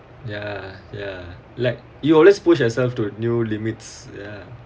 ya ya like you always push yourself to a new limits ya